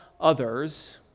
others